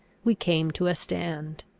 we came to a stand.